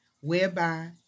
whereby